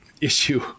issue